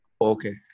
Okay